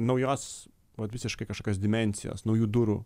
naujos vat visiškai kažkokios dimensijos naujų durų